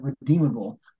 Redeemable